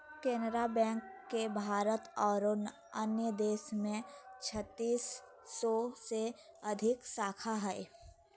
Canara bank के भारत आरो अन्य देश में छत्तीस सौ से अधिक शाखा हइ